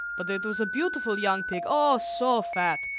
but it was a beautiful young pig, oh, so fat.